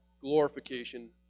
glorification